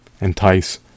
entice